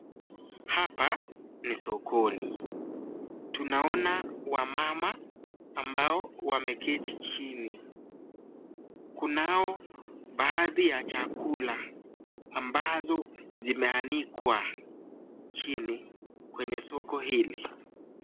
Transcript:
Hapa ni sokoni. Tunaona wamama ambao wameketi jini. Kunao baadhi za chakula ambazo zimeanikwa jini kwenye soko hili.